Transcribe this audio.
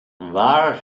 waar